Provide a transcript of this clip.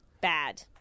bad